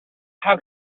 how